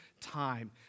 time